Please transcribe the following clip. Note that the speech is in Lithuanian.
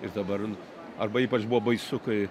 ir dabar arba ypač buvo baisu kai